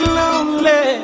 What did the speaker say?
lonely